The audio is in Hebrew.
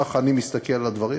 כך אני מסתכל על הדברים,